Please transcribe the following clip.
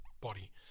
body